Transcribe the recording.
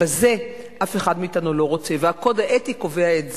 בזה אף אחד מאתנו לא רוצה, והקוד האתי קובע את זה.